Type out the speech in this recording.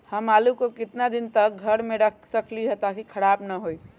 हम आलु को कितना दिन तक घर मे रख सकली ह ताकि खराब न होई?